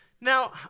Now